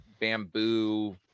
bamboo